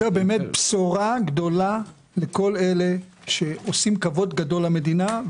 זו בשורה גדולה לכל אלה שעושים כבוד גדול למדינה,